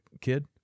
kid